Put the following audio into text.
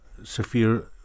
Safir